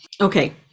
Okay